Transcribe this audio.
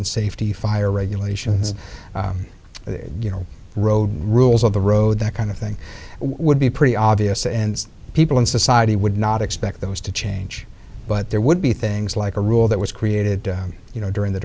and safety fire regulations you know road rules of the road that kind of thing would be pretty obvious and people in society would not expect those to change but there would be things like a rule that was created you know during the